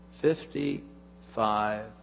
Fifty-five